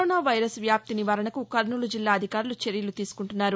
corona virus వ్యాప్తి నివారణకు కర్నూలు జిల్లా అధికారులు చర్యలు తీసుకుంటున్నారు